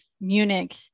Munich